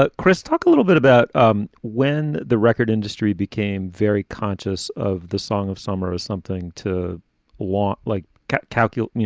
ah chris, talk a little bit about um when the record industry became very conscious of the song of summer was something to law like calculate, you